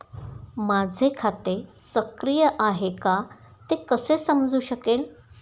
माझे खाते सक्रिय आहे का ते कसे समजू शकेल?